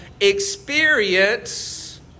experience